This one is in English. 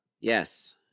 Yes